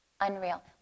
Unreal